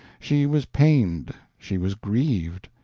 she was pained, she was grieved,